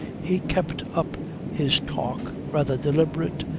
he kept up his talk, rather deliberate,